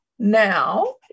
Now